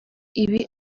ibi